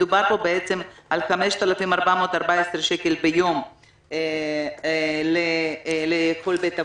מדובר פה בעצם על 5,414 שקל ביום לכל בית אבות.